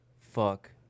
Fuck